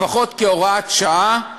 לפחות כהוראת שעה,